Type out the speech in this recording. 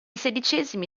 sedicesimi